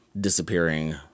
disappearing